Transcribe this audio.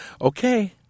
Okay